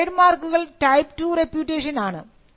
trade മാർക്കുകൾ type 2 reputation ആണ്